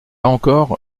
encore